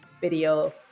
video